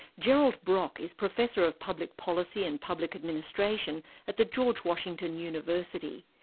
gerald brock is professor of public policy and public administration at the george washington university.